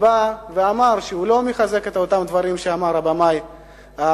שבא ואמר שהוא לא מחזק את אותם דברים שאמר הבמאי הקופטי,